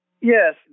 Yes